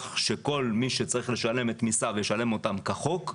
כך שכל מי שצריך לשלם את מסיו ישלם אותם כחוק,